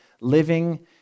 living